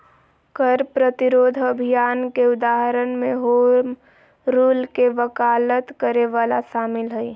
कर प्रतिरोध अभियान के उदाहरण में होम रूल के वकालत करे वला शामिल हइ